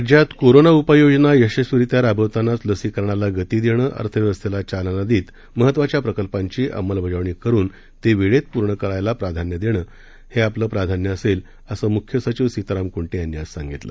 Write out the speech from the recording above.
राज्यात कोरोना उपाययोजना यशस्वीरित्या राबवतानाच लसीकरणाला गती देणं अर्थव्यवस्थेला चालना देत महत्त्वाच्या प्रकल्पांची अंमलबजावणी करुन ते वेळेत पूर्ण करण्यास प्राधान्य देणार असल्याचं राज्याचे मुख्य सचिव सीताराम कुंटे यांनी आज सांगितलं